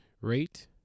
Rate